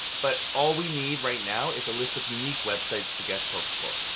but all we need right now is a list of unique websites to guest post for.